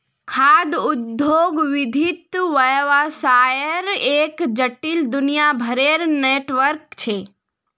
खाद्य उद्योग विविध व्यवसायर एक जटिल, दुनियाभरेर नेटवर्क छ